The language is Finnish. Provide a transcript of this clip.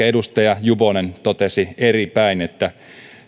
edustaja juvonen totesi ehkä eripäin että